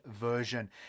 version